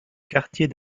quartier